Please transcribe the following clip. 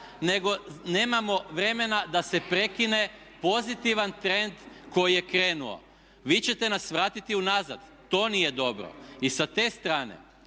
nego nemamo vremena da se prekine pozitivan trend koji je krenuo. Vi ćete nas vratiti unazad. To nije dobro. I sa te strane